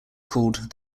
called